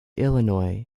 illinois